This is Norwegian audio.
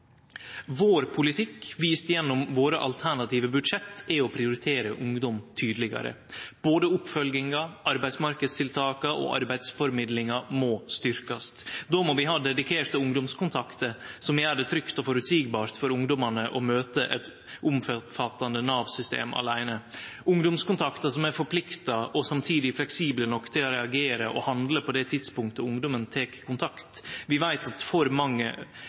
Vår politikk, vist gjennom våre alternative budsjett, er å prioritere ungdom tydelegare. Både oppfølginga, arbeidsmarknadstiltaka og arbeidsformidlinga må styrkjast. Då må vi ha dedikerte ungdomskontaktar som gjer det trygt og føreseieleg for ungdomane å møte eit omfattande Nav-system aleine, ungdomskontaktar som er forplikta og samtidig fleksible nok til å reagere og handle på det tidspunktet ungdomen tek kontakt. Vi veit at for mange